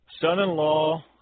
Son-in-law